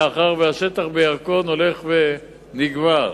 מאחר שהשטח בירקון הולך ונגמר.